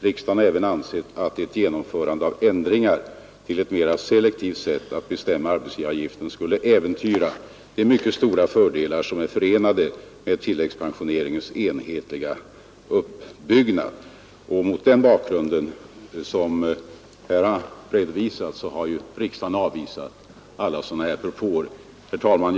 Riksdagen har även ansett att ett genomförande av ändringar till ett mera selektivt sätt att bestämma arbetsgivaravgiften skulle äventyra de mycket stora fördelar som är förenade med tilläggspensioneringens enhetliga uppbyggnad. Mot den bakgrund som här redovisats har riksdagen avvisat alla sådana här propåer. Herr talman!